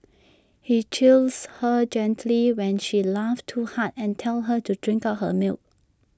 he chides her gently when she laughs too hard and tells her to drink up her milk